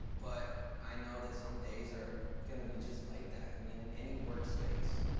but i know that some days are gonna be just like that. i mean, in any work space,